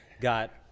got